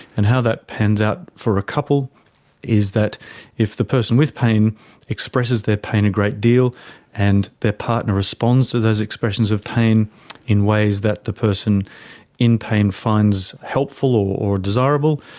and how that pans out for a couple is that if the person with pain expresses their pain a great deal and their partner responds to those expressions of pain in ways that the person in pain finds helpful or desirable,